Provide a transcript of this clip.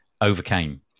overcame